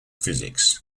physics